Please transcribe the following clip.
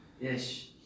Yes